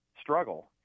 struggle